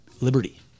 liberty